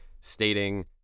stating